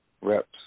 reps